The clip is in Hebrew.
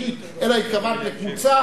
האם את אומרת שלא התכוונת אליו?